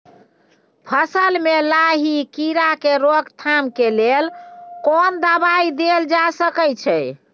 फसल में लाही कीरा के रोकथाम के लेल कोन दवाई देल जा सके छै?